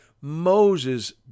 Moses